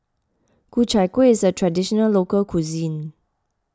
Ku Chai Kueh is a Traditional Local Cuisine